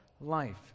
life